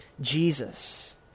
jesus